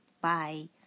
bye